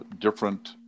different